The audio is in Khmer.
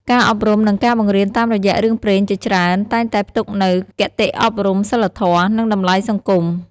ការអប់រំ និងការបង្រៀនតាមរយះរឿងព្រេងជាច្រើនតែងតែផ្ទុកនូវ គតិអប់រំ សីលធម៌ និង តម្លៃសង្គម ។